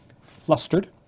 flustered